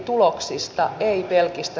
arvoisa rouva puhemies